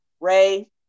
Ray